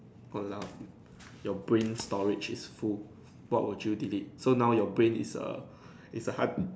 !walao! your brain storage is full what would you delete so now your brain is a is a hard